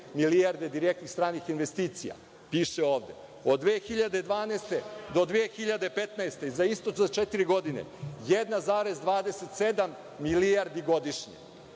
milijardi direktnih stranih investicija, piše ovde. Od 2012. do 2015. godine, isto za četiri godine, 1,27 milijardi godišnje.